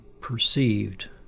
perceived